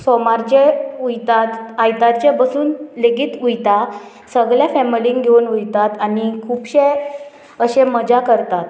सोमारचे वयतात आयतारचे बसून लेगीत वयता सगल्या फॅमिलींक घेवन वयतात आनी खुबशे अशे मजा करतात